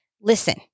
listen